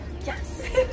Yes